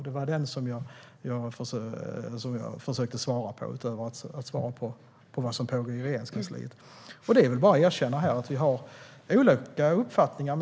Det var det som jag försökte svara på, utöver att jag svarade på vad som pågår i Regeringskansliet. Det är bara att erkänna att vi två har olika uppfattningar.